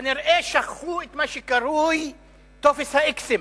כנראה שכחו את מה שקרוי טופס האיקסים.